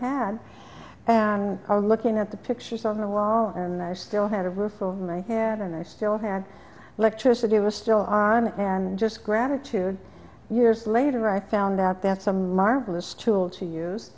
had and are looking at the pictures on the wall and i still had a roof over my head and i still had electricity was still armed and just gratitude years later i found out that some marvelous tool to use